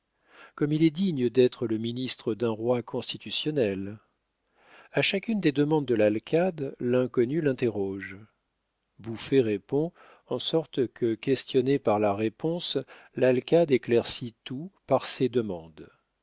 comme il est digne d'être le ministre d'un roi constitutionnel a chacune des demandes de l'alcade l'inconnu l'interroge bouffé répond en sorte que questionné par la réponse l'alcade éclaircit tout par ses demandes